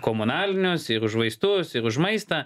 komunalinius ir už vaistus ir už maistą